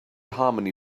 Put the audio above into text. harmony